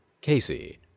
Casey